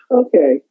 okay